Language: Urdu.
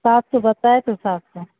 سات سو بتائے تو تھا سات سو